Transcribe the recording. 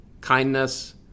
kindness